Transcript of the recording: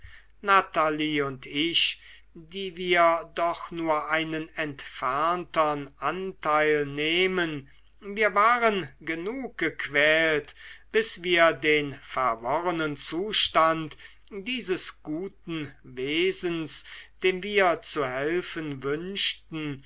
natalie und ich die wir doch nur einen entferntern anteil nehmen wir waren genug gequält bis wir den verworrenen zustand dieses guten wesens dem wir zu helfen wünschten